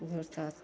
झूठ साँच